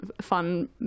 fun